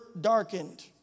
darkened